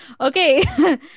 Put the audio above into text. Okay